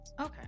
Okay